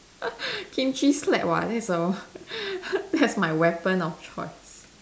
kimchi slap what that's all that's my weapon of choice